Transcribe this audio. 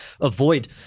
avoid